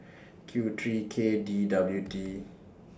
Q three K D W T